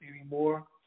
anymore